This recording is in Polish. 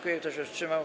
Kto się wstrzymał?